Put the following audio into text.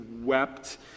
wept